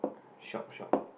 shock shock